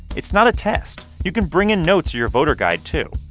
it's not a test. you can bring in notes or your voter guide, too.